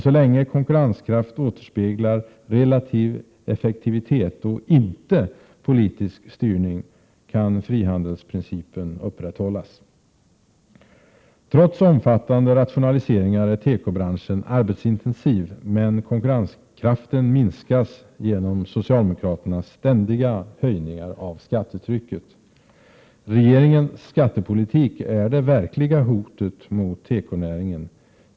Så länge konkurrenskraft återspeglar relativ effektivitet och inte politisk styrning kan frihandelsprincipen upprätthållas. Trots omfattande rationaliseringar är tekobranschen arbetsintensiv, men konkurrenskraften minskas genom socialdemokraternas ständiga höjningar av skattetrycket. Regeringens skattepolitik är det verkliga hotet mot tekonäringen.